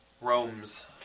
roams